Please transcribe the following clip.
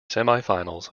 semifinals